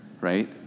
Right